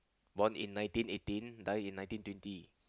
born in nineteen eighteen die in nineteen twenty